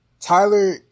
Tyler